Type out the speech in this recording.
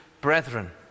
brethren